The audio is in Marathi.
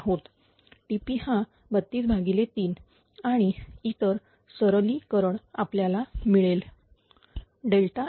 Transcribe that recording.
TP हा 323 आणि इतर सरलीकरण आपल्याला मिळेल F 1